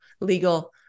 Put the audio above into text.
legal